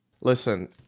listen